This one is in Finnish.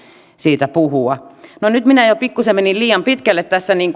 siitä puhua no nyt minä jo pikkusen menin tavallaan liian pitkälle